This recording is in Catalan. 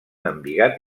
embigat